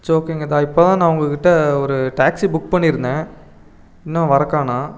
it's ஓகேங்க தா இப்போது தான் நான் உங்கள் கிட்டே ஒரு டேக்ஸி புக் பண்ணியிருந்தேன் இன்னும் வர காணோம்